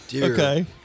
Okay